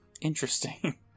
Interesting